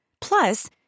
Plus